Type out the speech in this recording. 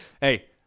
Hey